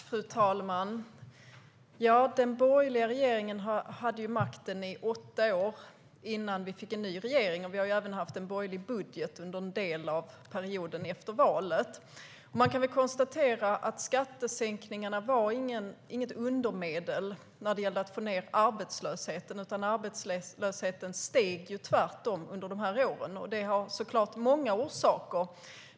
Fru talman! Den borgerliga regeringen hade makten i åtta år innan vi fick en ny regering. Vi har även haft en borgerlig budget under en del av perioden efter valet. Man kan väl konstatera att skattesänkningarna inte var något undermedel när det gällde att få ned arbetslösheten, utan arbetslösheten steg tvärtom under de åren. Det har såklart många orsaker.